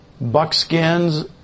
buckskins